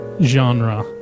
genre